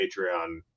Patreon